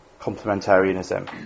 complementarianism